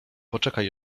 poczekaj